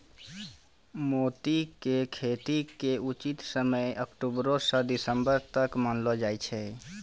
मोती के खेती के उचित समय अक्टुबरो स दिसम्बर तक मानलो जाय छै